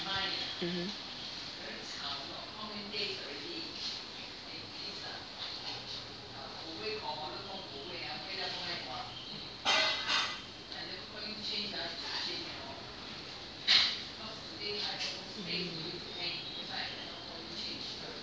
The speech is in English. mmhmm